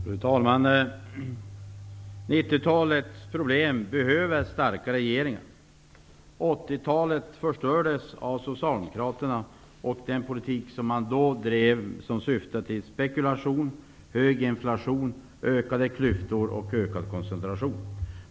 Fru talman! 90-talets problem kräver starka regeringar. 80-talet förstördes av Socialdemokraternas politik som syftade till spekulation, hög inflation, ökade klyftor och ökad koncentration.